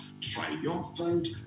triumphant